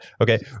Okay